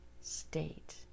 state